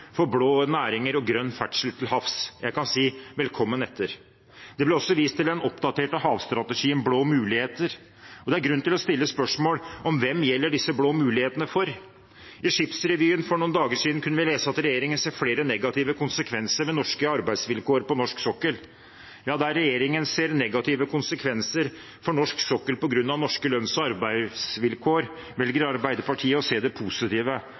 for blå næringer og grønn ferdsel til havs. Jeg kan si: Velkommen etter! Det ble også vist til den oppdaterte havstrategien «Blå muligheter», og det er grunn til å stille spørsmålet: Hvem gjelder disse blå mulighetene for? I Skipsrevyen for noen dager siden kunne vi lese at regjeringen ser flere negative konsekvenser ved norske arbeidsvilkår på norsk sokkel. Ja, der regjeringen ser negative konsekvenser for norsk sokkel på grunn av norske lønns- og arbeidsvilkår, velger Arbeiderpartiet å se det positive.